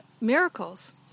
miracles